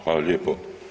Hvala lijepo.